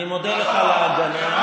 אני מודה לך על ההגנה.